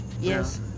Yes